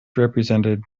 represented